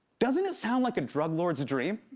doesn't it sound like a drug lord's dream?